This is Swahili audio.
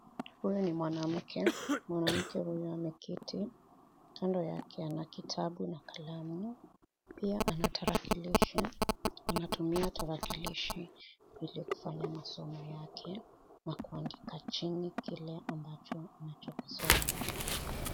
Huyu ni mwanamke. Mwanamke huyu ameketi. Kando yake ana kitabu na kalamu. Pia ana tarakilishi, anatumia tarakilishi ili kufanya masomo yake na kuandika chini kile ambacho anachokisoma.